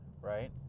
right